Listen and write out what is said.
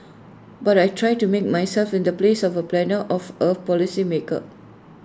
but I try to make myself in the place of A planner of A policy maker